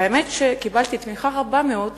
והאמת שקיבלתי תמיכה רבה מאוד